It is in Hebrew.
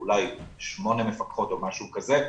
אולי שמונה מפקחות או משהו כזה,